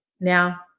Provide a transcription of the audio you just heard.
Now